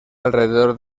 alrededor